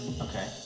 Okay